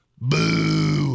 boo